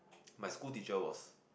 my school teacher was